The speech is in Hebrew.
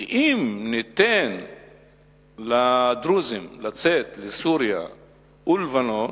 שאם ניתן לדרוזים לצאת לסוריה ולבנון,